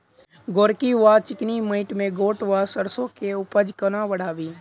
गोरकी वा चिकनी मैंट मे गोट वा सैरसो केँ उपज कोना बढ़ाबी?